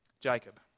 Jacob